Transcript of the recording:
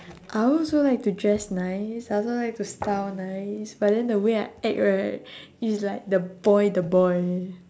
I also like to dress nice I also like to style nice but then the way I act right is like the boy the boy